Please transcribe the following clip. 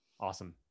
Awesome